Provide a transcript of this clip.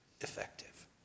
effective